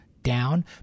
down